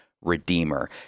redeemer